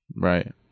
right